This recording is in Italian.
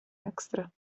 extra